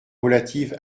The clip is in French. relative